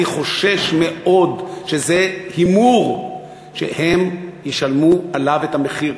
אני חושש מאוד שזה הימור שהם ישלמו עליו את המחיר,